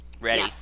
Ready